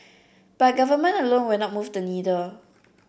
but government alone will not move the needle